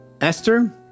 Esther